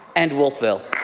and wolfville.